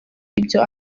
ibyo